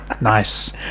nice